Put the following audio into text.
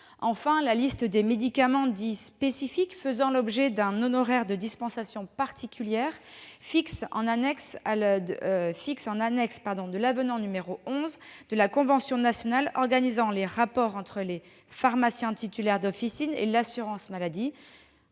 Enfin, la liste des médicaments dit « spécifiques » faisant l'objet d'un honoraire de dispensation particulière figure en annexe II.4 de l'avenant n° 11 de la convention nationale organisant les rapports entre les pharmaciens titulaires d'officine et l'assurance maladie.